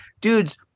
dudes